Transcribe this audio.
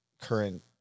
current